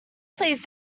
please